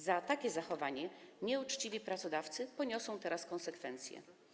Za takie zachowanie nieuczciwi pracodawcy poniosą teraz konsekwencje.